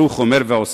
"ברוך אומר ועושה",